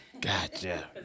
gotcha